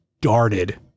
darted